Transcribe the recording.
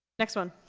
next one.